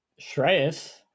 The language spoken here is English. Shreyas